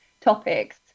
topics